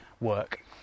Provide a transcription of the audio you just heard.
work